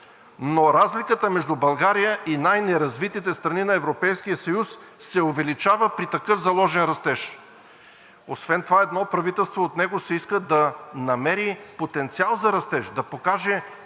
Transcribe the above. Но разликата между България и най-неразвитите страни на Европейския съюз се увеличава при такъв заложен растеж. Освен това от едно правителство се иска да намери потенциал за растеж, да покаже кои